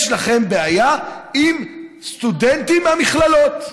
שיש לכם בעיה עם סטודנטים מהמכללות.